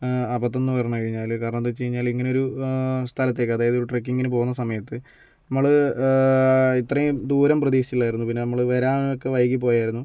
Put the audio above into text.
അബദ്ധമെന്ന് പറഞ്ഞ് കഴിഞ്ഞാല് കാരണെന്താന്ന് വച്ച് കഴിഞ്ഞാല് ഇങ്ങനൊരു സ്ഥലത്തേക്ക് അതായത് ട്രക്കിങ്ങിന് പോകുന്ന സമയത്ത് നമ്മള് ഇത്രയും ദൂരം പ്രതീക്ഷിച്ചിലായിരുന്നു പിന്നെ നമ്മള് വരാൻ ഒക്ക വൈകി പോയായിരുന്നു